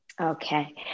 Okay